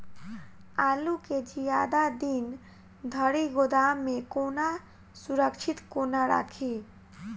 आलु केँ जियादा दिन धरि गोदाम मे कोना सुरक्षित कोना राखि?